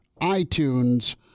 iTunes